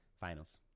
finals